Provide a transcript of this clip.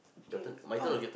okay oh